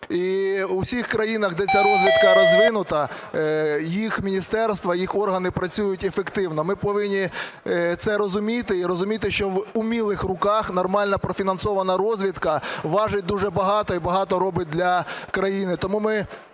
І у всіх країнах, де ця розвідка розвинута, їх міністерства, їх органи працюють ефективно. Ми повинні це розуміти і розуміти, що в умілих руках нормально профінансована розвідка важить дуже багато і багато робить для країни.